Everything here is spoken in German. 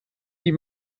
die